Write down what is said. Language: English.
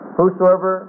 Whosoever